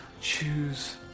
Choose